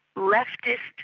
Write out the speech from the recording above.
leftist,